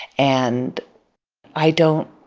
and i don't